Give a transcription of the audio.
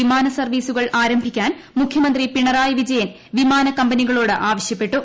വിമാന സർവീസുകൾ ആരംഭിക്കാൻ മുഖൃമന്ത്രി പിണറായി വിജയൻ വിമാനക്കമ്പനികളോട് ആവശ്യപ്പെട്ടു